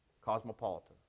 cosmopolitan